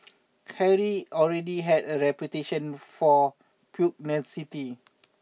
Harry already had a reputation for pugnacity